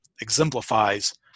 exemplifies